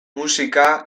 musika